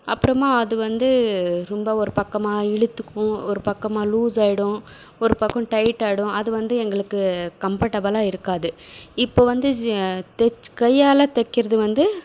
அப்பறமாக அது வந்து ரொம்ப ஒரு பக்கமாக இழுத்துக்கும் ஒரு பக்கமாக லூஸ்ஸாயிடும் ஒரு பக்கம் டைட்டாயிடும் அது வந்து எங்களுக்கு கம்ஃபர்டபிளாக இருக்காது இப்போ வந்து ஸ் தச்சு கையால் தெக்கிறது வந்து